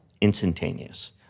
instantaneous